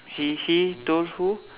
he he told who